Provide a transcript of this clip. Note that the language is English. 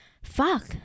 Fuck